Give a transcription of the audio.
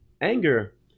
anger